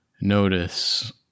notice